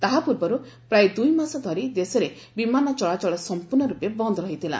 ତାହା ପୂର୍ବରୁ ପ୍ରାୟ ଦୁଇମାସ ଧରି ଦେଶରେ ବିମାନ ଚଳାଚଳ ସମ୍ପର୍ଷର୍ଣରପେ ବନ୍ଦ ରହିଥିଲା